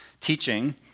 teaching